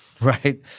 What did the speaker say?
right